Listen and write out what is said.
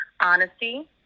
honesty